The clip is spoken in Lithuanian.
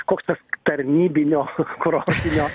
koks tas tarnybinio kurortinio